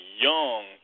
young